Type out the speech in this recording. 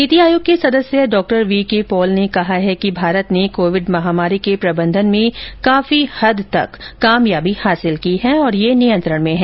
नीति आयोग के सदस्य डॉक्टर वीके पॉल ने कहा है कि भारत ने कोविड महामारी के प्रबंधन में काफी हद तक कामयाबी हासिल की है और यह नियंत्रण में है